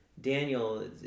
Daniel